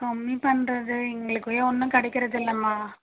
கம்மி பண்ணுறது எங்களுக்கும் ஒன்றும் கிடைக்கிறது இல்லைம்மா